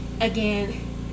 Again